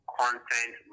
content